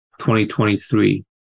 2023